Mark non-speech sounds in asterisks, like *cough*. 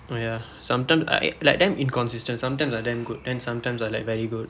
oh ya sometimes I *noise* like damn inconsistent sometimes I damn good then sometimes I like very good